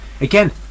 Again